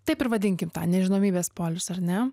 taip ir vadinkim tą nežinomybės polius ar ne